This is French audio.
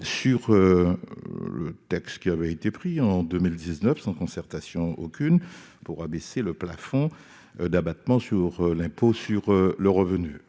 sur le texte qui avait été voté en 2019, sans concertation aucune, pour abaisser le plafond d'abattement sur l'impôt sur le revenu.